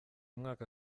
mwaka